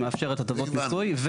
היא מאפשרת הטבות מיסוי,